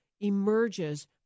emerges